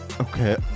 okay